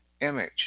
image